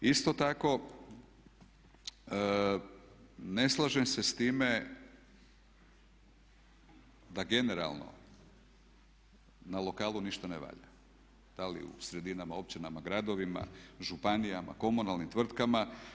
Isto tako, ne slažem se s time da generalno na lokalu ništa ne valja da li u sredinama, općinama, gradovima, županijama, komunalnim tvrtkama.